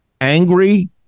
angry